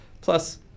plus